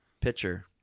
pitcher